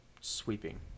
sweeping